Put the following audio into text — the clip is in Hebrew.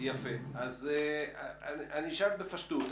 אני אשאל בפשטות.